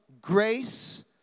grace